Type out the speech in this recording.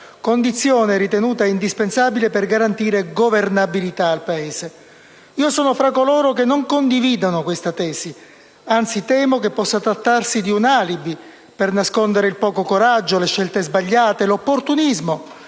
condizione ritenuta indispensabile per garantire governabilità al Paese. Io sono fra coloro che non condividono questa tesi. Anzi, temo che possa trattarsi di un alibi per nascondere il poco coraggio, le scelte sbagliate, l'opportunismo